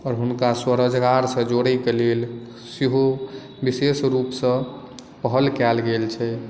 आओर हुनका स्वरोजगारसँ जोड़ै कऽ लेल सेहो विशेष रूपसँ पहल कयल गेल छै